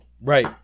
right